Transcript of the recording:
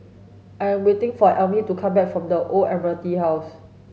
I am waiting for Elmire to come back from the Old Admiralty House